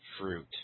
fruit